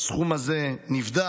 הסכום הזה נבדק.